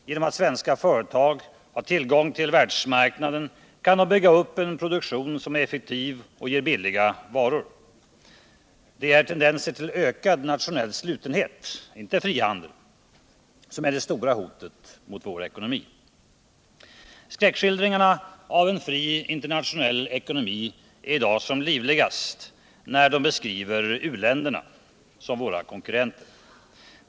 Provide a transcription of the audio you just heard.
Genom att svenska företag har tillgång till världsmarknaden kan de bygga upp en produktion som är effektiv och som ger billiga varor. Det är tendenserna till ökad nationell slutenhet — inte frihandeln — som är det stora hotet mot vår ekonomi. Skräckskildringarna av en fri internationell ekonomi är i dag som livligast när de beskriver u-länderna som våra konkurrenter.